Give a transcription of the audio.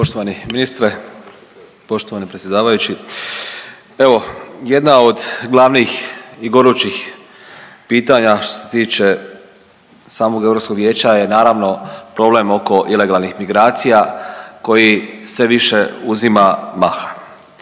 Poštovani ministre, poštovani predsjedavajući, evo jedna od glavnih i gorućih pitanja što se tiče samog Europskog vijeća je, naravno, problem oko ilegalnih migracija koji sve više uzima maha.